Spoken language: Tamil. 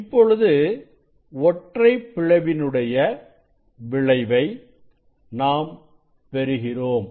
இப்பொழுது ஒற்றைப் பிளவினுடைய விளைவை நாம் பெறுகிறோம்